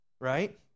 right